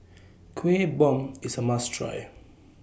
Kuih Bom IS A must Try